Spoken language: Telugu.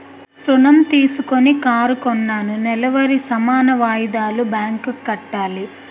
ఋణం తీసుకొని కారు కొన్నాను నెలవారీ సమాన వాయిదాలు బ్యాంకు కి కట్టాలి